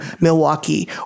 Milwaukee